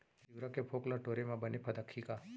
तिंवरा के फोंक ल टोरे म बने फदकही का?